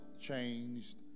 changed